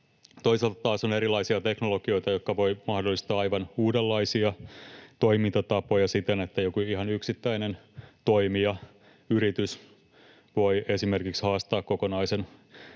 Toisaalta taas on erilaisia teknologioita, jotka voivat mahdollistaa aivan uudenlaisia toimintatapoja siten, että joku ihan yksittäinen toimija, yritys, voi esimerkiksi haastaa kokonaisen